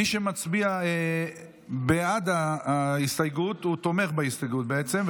מי שמצביע בעד ההסתייגות, תומך בהסתייגות בעצם,